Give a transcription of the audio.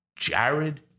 Jared